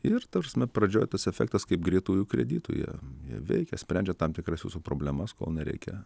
ir ta prasme pradžioj tas efektas kaip greitųjų kreditų jie veikia sprendžia tam tikras jūsų problemas kol nereikia